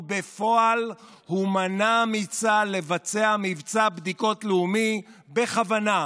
ובפועל הוא מנע מצה"ל לבצע מבצע בדיקות לאומי בכוונה,